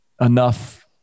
enough